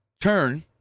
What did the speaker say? turn